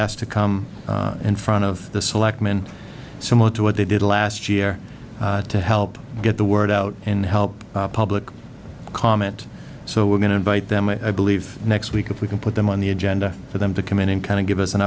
asked to come in front of the selectmen similar to what they did last year to help get the word out and help public comment so we're going to invite them i believe next week if we can put them on the agenda for them to come in and kind of give us an